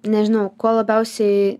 nežinau ko labiausiai